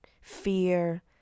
Fear